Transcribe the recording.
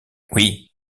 oui